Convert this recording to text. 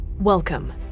Welcome